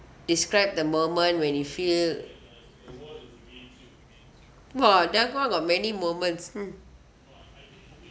describe the moment when you feel !wah! that one got many moments hmm